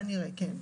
כנראה כן.